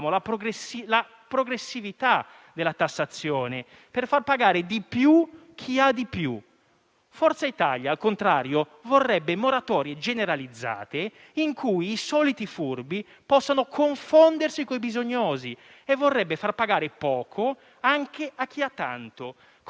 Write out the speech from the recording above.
Noi vogliamo che le leggi siano uguali per tutti e aspiriamo a fare leggi utili ai più; Forza Italia non si fa scrupoli a fare leggi *ad personam*, com'è già avvenuto in passato, finalizzate all'interesse di pochi a scapito di molti.